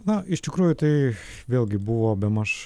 na iš tikrųjų tai vėlgi buvo bemaž